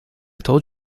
told